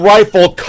Rifle